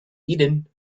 eton